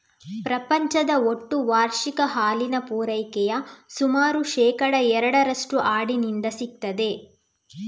ಪ್ರಪಂಚದ ಒಟ್ಟು ವಾರ್ಷಿಕ ಹಾಲಿನ ಪೂರೈಕೆಯ ಸುಮಾರು ಶೇಕಡಾ ಎರಡರಷ್ಟು ಆಡಿನಿಂದ ಸಿಗ್ತದೆ